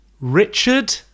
Richard